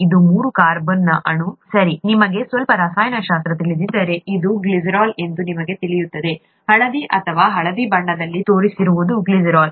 ಇದು ಮೂರು ಕಾರ್ಬನ್ನ ಅಣು ಸರಿ ನಿಮಗೆ ಸ್ವಲ್ಪ ರಸಾಯನಶಾಸ್ತ್ರ ತಿಳಿದಿದ್ದರೆ ಇದು ಗ್ಲಿಸರಾಲ್ ಎಂದು ನಿಮಗೆ ತಿಳಿಯುತ್ತದೆ ಹಳದಿ ಅಥವಾ ಹಳದಿ ಬಣ್ಣದಲ್ಲಿ ತೋರಿಸಿರುವುದು ಗ್ಲಿಸರಾಲ್